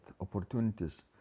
opportunities